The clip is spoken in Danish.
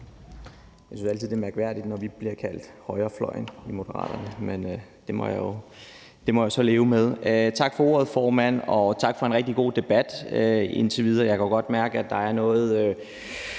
Jeg synes altid, det er mærkværdigt, når vi i Moderaterne bliver kaldt højrefløjen, men det må jeg så leve med. Tak for en rigtig god debat indtil videre. Jeg kan jo godt mærke, at der er nogle